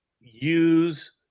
use